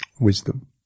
wisdom